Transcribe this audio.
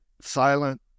silent